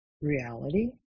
reality